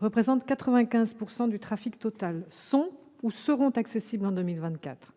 représentant 95 % du trafic total, sont ou seront accessibles en 2024.